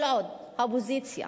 או עשר שנים: כל עוד האופוזיציה